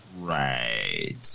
Right